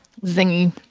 zingy